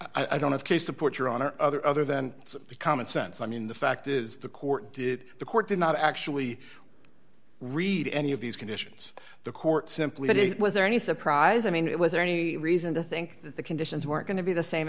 i don't have case support your honor other other than the common sense i mean the fact is the court did the court did not actually i read any of these conditions the court simply that it was there any surprise i mean it was there any reason to think that the conditions were going to be the same